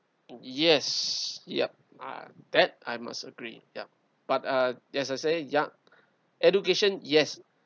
yes yup ah that I must agree ya but uh as I said yup education yes